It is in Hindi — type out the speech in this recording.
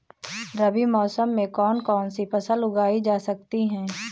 रबी मौसम में कौन कौनसी फसल उगाई जा सकती है?